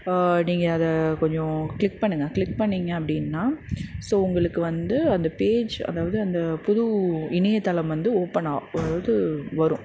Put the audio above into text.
நீங்கள் அதை கொஞ்சம் க்ளிக் பண்ணுங்கள் க்ளிக் பண்ணிங்கள் அப்படின்னா ஸோ உங்களுக்கு வந்து அந்த பேஜ் அதாவது அந்த புது இணையதளம் வந்து ஓப்பன் ஆ அதாவது வரும்